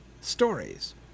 stories